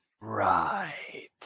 right